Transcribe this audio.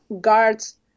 guards